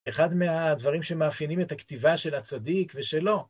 אחד מהדברים שמאפיינים את הכתיבה של הצדיק ושלו.